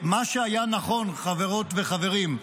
מה שהיה נכון, חברות וחברים,